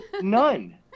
None